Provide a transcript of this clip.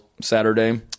Saturday